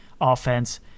offense